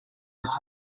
this